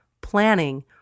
planning